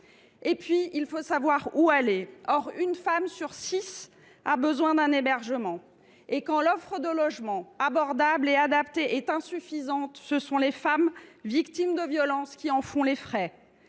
faut aussi savoir où aller. Une femme sur six a besoin d’un hébergement. Or, quand l’offre de logements abordables et adaptés est insuffisante, ce sont les femmes victimes de violences qui en font les frais.